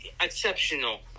exceptional